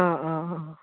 অঁ অঁ অঁ